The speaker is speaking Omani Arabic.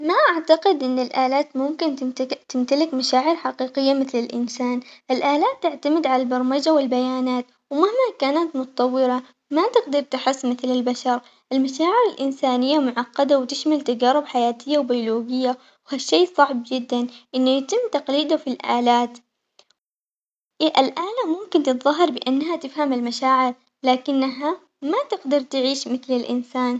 ما أعتقد إن الآلات ممكن تمك- تمتلك مشاعر حقيقة مثل الإنسان، الآلالت تعتمد على البرمجة والبيانات ومهما كانت متطورة ما تقدر تحس مثل البشر، المشاعر الإنسانية معقدة وتشمل تجارب حياتية وبيولوجية وهالشي صعب جداً إنه يتم تقليده في الآلات، الآلة ممكن تتظاهر بإنها تفهم المشاعر لكنها ما تقدر تعيش متل الإنسان.